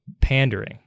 pandering